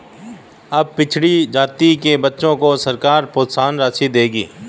अब पिछड़ी जाति के बच्चों को सरकार प्रोत्साहन राशि देगी